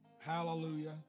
Hallelujah